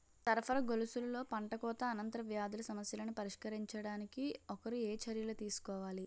సరఫరా గొలుసులో పంటకోత అనంతర వ్యాధుల సమస్యలను పరిష్కరించడానికి ఒకరు ఏ చర్యలు తీసుకోవాలి?